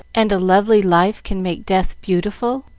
and a lovely life can make death beautiful?